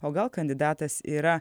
o gal kandidatas yra